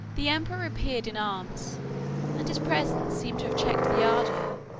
the emperor appeared in arms and his presence seems to have checked the ardor,